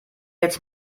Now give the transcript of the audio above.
jetzt